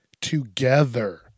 together